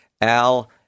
Al